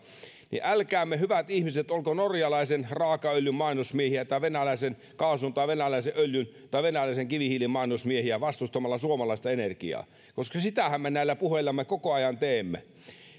että älkäämme hyvät ihmiset olko norjalaisen raakaöljyn mainosmiehiä tai venäläisen kaasun tai venäläisen öljyn tai venäläisen kivihiilen mainosmiehiä vastustamalla suomalaista energiaa koska sitähän me näillä puheillamme koko ajan teemme